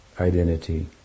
identity